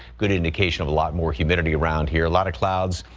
good indication of a lot more humidity around here. a lot of clouds,